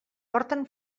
porten